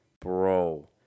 bro